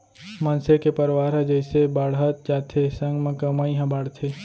मनसे के परवार ह जइसे बाड़हत जाथे संग म कमई ह बाड़थे